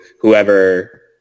whoever